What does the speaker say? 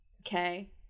okay